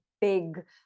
big